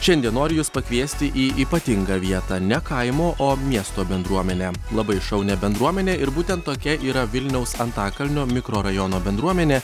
šiandien noriu jus pakviesti į ypatingą vietą ne kaimo o miesto bendruomenę labai šaunią bendruomenę ir būtent tokia yra vilniaus antakalnio mikrorajono bendruomenė